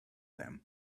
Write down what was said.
them